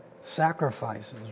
sacrifices